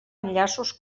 enllaços